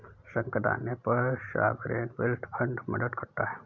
संकट आने पर सॉवरेन वेल्थ फंड मदद करता है